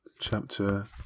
Chapter